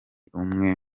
umwe